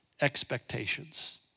expectations